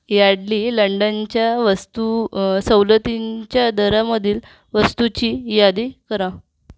Yardley लंडनच्या वस्तू सवलतींच्या दरांमधील वस्तूंची यादी करा